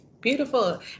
Beautiful